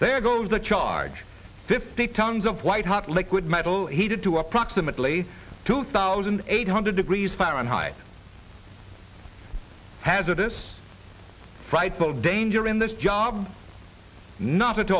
there goes the charge fifty tons of white hot liquid metal heated to approximately two thousand eight hundred degrees fahrenheit hazardous frightful danger in this job not at